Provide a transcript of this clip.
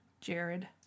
Jared